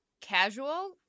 casual